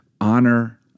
honor